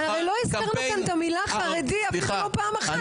הרי לא הזכרנו כאן את המילה "חרדי" אפילו פעם אחת.